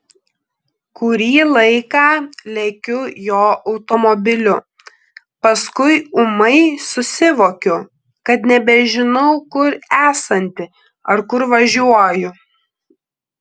kurį laiką lekiu jo automobiliu paskui ūmai susivokiu kad nebežinau kur esanti ar kur važiuoju